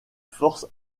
force